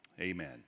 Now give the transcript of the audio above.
amen